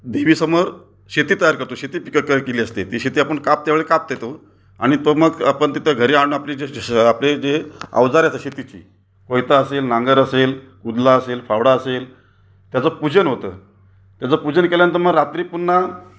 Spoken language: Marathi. देवीसमोर शेती तयार करतो शेतीत पिकं तयार केली असते ती शेती आपण काप त्यावेळी कापते तो आणि तो मग आपण तिथं घरी आणून आपली जसजसे आपले जे अवजार आहे त्या शेतीची कोयता असेल नांगर असेल उदला असेल फावडा असेल त्याचं पूजन होतं त्याचं पूजन केल्यानंतर मग रात्री पुन्हा